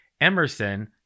Emerson